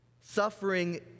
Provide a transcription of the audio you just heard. suffering